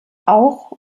auch